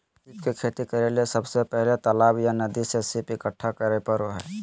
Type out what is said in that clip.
सीप के खेती करेले सबसे पहले तालाब या नदी से सीप इकठ्ठा करै परो हइ